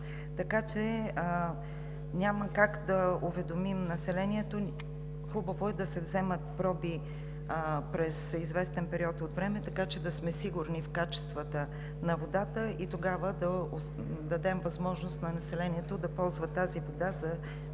Така че няма как да уведомим населението. Хубаво е да се вземат проби през известен период от време, така че да сме сигурни в качествата на водата и тогава да дадем възможност на населението да ползва тази вода за